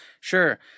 Sure